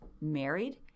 married